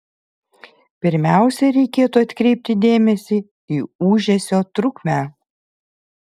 pirmiausia reikėtų atkreipti dėmesį į ūžesio trukmę